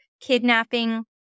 kidnapping